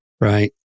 right